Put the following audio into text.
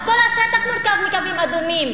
אז כל השטח מורכב מקווים אדומים,